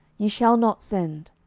ye shall not send.